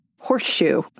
horseshoe